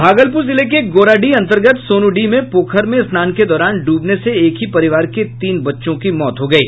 भागलपुर जिले के गोराडीह अन्तर्गत सोनूडीह में पोखर में स्नान के दौरान डूबने से एक ही परिवार के तीन बच्चों की मौत हो गयी